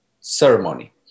ceremony